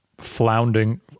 floundering